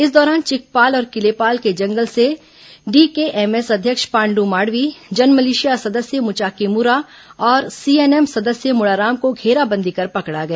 इस दौरान चिखपाल और किलेपाल के जंगल से डीकेएमएस अध्यक्ष पाण्डु माड़वी जनमिलिशिया सदस्य मुचाकी मुरा और सीएनएम सदस्य मुड़ाराम को घेराबंदी कर पकड़ा गया